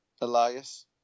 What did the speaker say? Elias